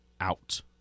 out